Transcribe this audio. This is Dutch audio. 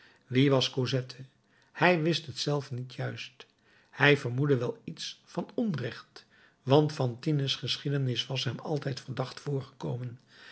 wie was cosette hij wist het zelf niet juist hij vermoedde wel iets van onechtheid want fantines geschiedenis was hem altijd verdacht voorgekomen